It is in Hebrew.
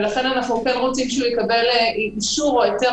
ולכן אנחנו כן רוצים שהוא יקבל אישור או היתר